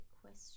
question